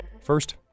First